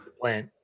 plant